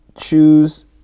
choose